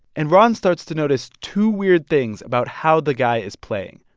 and ron starts to notice two weird things about how the guy is playing.